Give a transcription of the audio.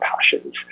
passions